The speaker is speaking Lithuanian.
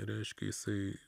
reiškia jisai